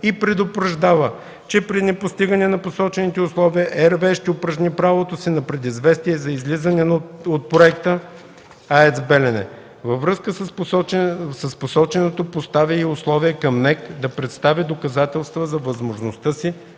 и предупреждава, че при непостигане на посочените условия РВЕ ще упражни правото си на предизвестие за излизане от проекта „АЕЦ „Белене”. Във връзка с посоченото поставя и условия към НЕК да представи доказателства за възможността си